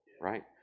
right